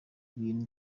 ibintu